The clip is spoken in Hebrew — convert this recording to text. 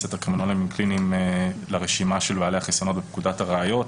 את הקרימינולוגים הקליניים לרשימה של בעלי החסיונות בפקודת הראיות.